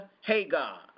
Hagar